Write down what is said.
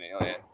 alien